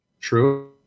True